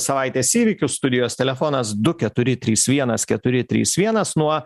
savaitės įvykius studijos telefonas du keturi trys vienas keturi trys vienas nuo